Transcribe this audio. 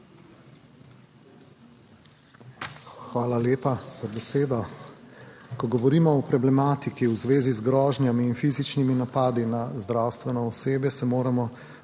Hvala lepa za besedo. Ko govorimo o problematiki v zvezi z grožnjami in fizičnimi napadi na zdravstveno osebje, se moramo